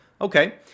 Okay